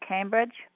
Cambridge